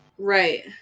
Right